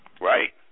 Right